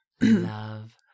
Love